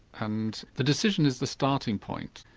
and the decision is the starting point.